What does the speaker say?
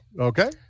okay